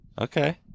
Okay